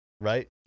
right